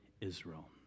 Israel